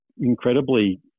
incredibly